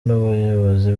n’ubuyobozi